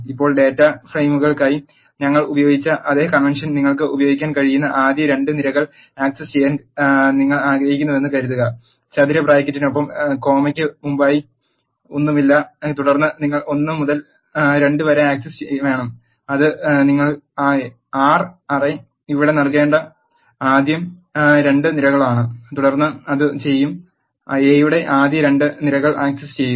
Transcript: ഇപ്പോൾ ഡാറ്റാ ഫ്രെയിമുകൾക്കായി ഞങ്ങൾ ഉപയോഗിച്ച അതേ കൺവെൻഷൻ നിങ്ങൾക്ക് ഉപയോഗിക്കാൻ കഴിയുന്ന ആദ്യ രണ്ട് നിരകൾ ആക് സസ് ചെയ്യാൻ നിങ്ങൾ ആഗ്രഹിക്കുന്നുവെന്ന് കരുതുക ചതുര ബ്രാക്കറ്റിനൊപ്പം കോമയ്ക്ക് മുമ്പായി ഒന്നുമില്ല തുടർന്ന് നിങ്ങൾക്ക് 1 മുതൽ 2 വരെ ആക്സസ് വേണം അത് നിങ്ങൾ ആ അറേ ഇവിടെ നൽകേണ്ട ആദ്യ രണ്ട് നിരകളാണ് തുടർന്ന് അത് ചെയ്യും എ യുടെ ആദ്യ രണ്ട് നിരകൾ ആക് സസ് ചെയ്യുക